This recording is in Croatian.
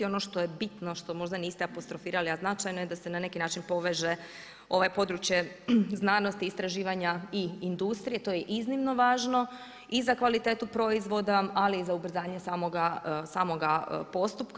Ono što je bitno što možda niste apostrofirali a značajno je da se na neki način poveće ovo područje znanosti, istraživanja i industrije, to je iznimno važno i za kvalitetu proizvoda ali i za ubrzanje samoga postupka.